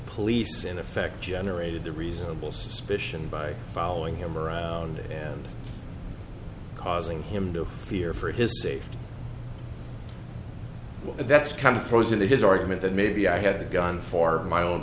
police in effect generated the reasonable suspicion by following him around and causing him to fear for his safety and that's kind of throws into his argument that maybe i had the gun for my own